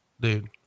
Dude